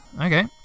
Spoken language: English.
okay